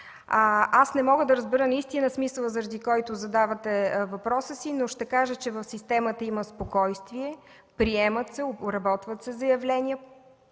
Аз не мога да разбера смисъла, заради който задавате въпроса си, но ще кажа, че в системата има спокойствие, приемат се, обработват се заявления,